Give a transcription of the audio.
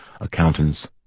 accountants